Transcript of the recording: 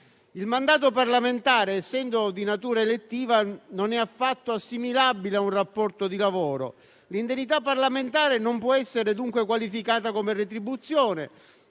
Il mandato parlamentare, essendo di natura elettiva, non è affatto assimilabile a un rapporto di lavoro. L'indennità parlamentare non può essere dunque qualificata come retribuzione,